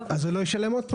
אז הוא לא ישלם עוד פעם.